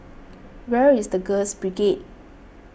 where is the Girls Brigade